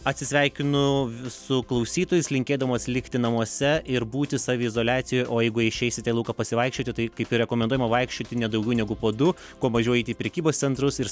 atsisveikinu su klausytojais linkėdamas likti namuose ir būti saviizoliacijoj o jeigu išeisite į lauką pasivaikščioti tai kaip ir rekomenduojama vaikščioti ne daugiau negu po du kuo mažiau eiti į prekybos centrus ir